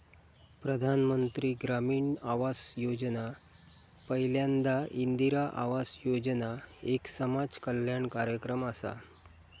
प्रधानमंत्री ग्रामीण आवास योजना पयल्यांदा इंदिरा आवास योजना एक समाज कल्याण कार्यक्रम असा